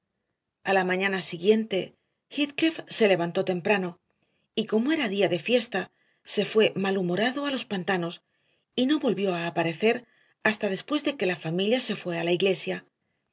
marcharse a la mañana siguiente heathcliff se levantó temprano y como era día de fiesta se fue malhumorado a los pantanos y no volvió a aparecer hasta después de que la familia se fue a la iglesia